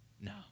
No